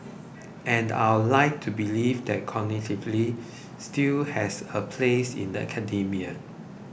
and I'd like to believe that collegiality still has a place in academia